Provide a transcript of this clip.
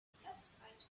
satisfied